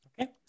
Okay